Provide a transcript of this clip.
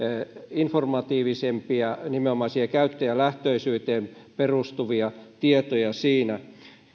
informatiivisempia nimenomaan siihen käyttäjälähtöisyyteen perustuvia tietoja siinä